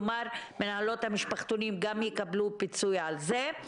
כלומר, מנהלות המשפחתונים גם יקבלו פיצוי על זה.